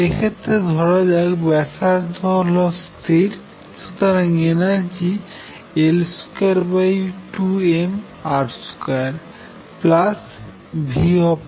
এক্ষেত্রে ধরাযাক এই ব্যাসার্ধ হল স্থির সুতরাং এনার্জি হল L22mR2V